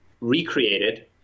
recreated